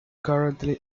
currently